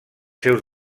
seus